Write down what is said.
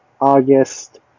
August